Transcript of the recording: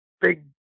big